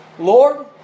Lord